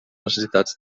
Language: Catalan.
necessitats